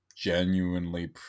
genuinely